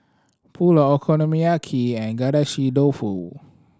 Pulao Okonomiyaki and Agedashi Dofu